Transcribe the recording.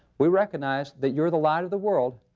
we recognize that you're the light of the world,